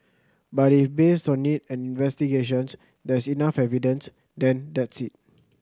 but if based on it and investigations there's enough evidence then that's it